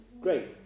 Great